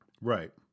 Right